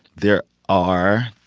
there are,